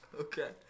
Okay